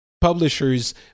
publishers